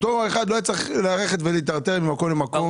אותו אחד לא היה צריך להיטרטר ממקום למקום,